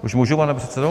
Už můžu, pane předsedo?